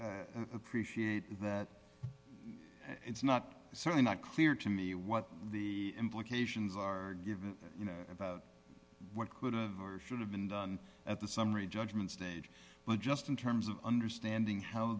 also appreciate that it's not certainly not clear to me what the implications are given you know about what could or should have been at the summary judgment stage but just in terms of understanding how